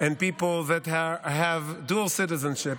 and people that have dual citizenship,